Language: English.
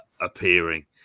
appearing